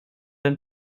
ein